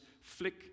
flick